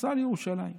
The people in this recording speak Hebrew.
נסע לירושלים,